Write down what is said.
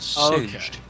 okay